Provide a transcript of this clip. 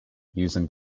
using